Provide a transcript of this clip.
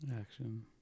action